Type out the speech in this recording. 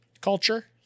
culture